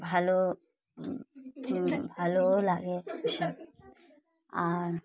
ভালো ভালোও লাগে এসব আর